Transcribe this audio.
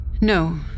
No